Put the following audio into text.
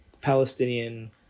Palestinian